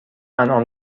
انعام